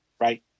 right